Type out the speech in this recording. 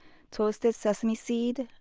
toasted sesame seed,